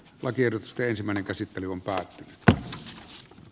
lakiehdotusten ensimmäinen käsittely on paha menetys